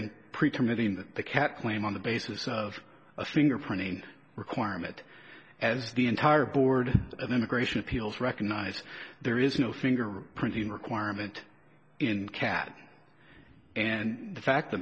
that the cat claim on the basis of a fingerprinting requirement as the entire board of immigration appeals recognized there is no fingerprinting requirement in cat and the fact the